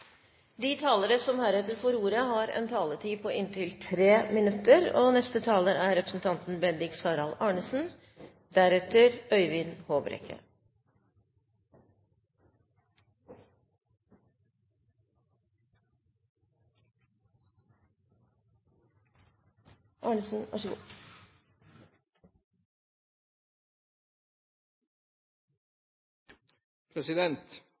De talere som heretter får ordet, har en taletid på inntil 3 minutter. Neste taler er